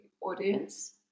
audience